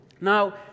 Now